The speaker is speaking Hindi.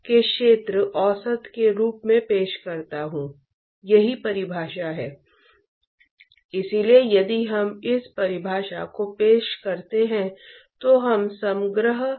और यह बहुत महत्वपूर्ण है क्योंकि यदि उद्योग में कहें यदि आपके पास हीट एक्सचेंज प्रक्रिया है